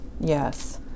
Yes